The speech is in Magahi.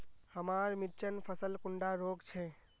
हमार मिर्चन फसल कुंडा रोग छै?